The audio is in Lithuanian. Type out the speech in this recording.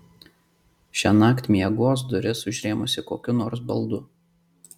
šiąnakt miegos duris užrėmusi kokiu nors baldu